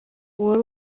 wabo